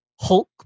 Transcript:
Hulk